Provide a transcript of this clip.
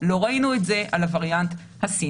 לא ראינו את זה על הווריאנט הסיני.